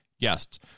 guests